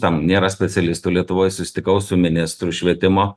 tam nėra specialistų lietuvoj susitikau su ministru švietimo